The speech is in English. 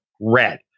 red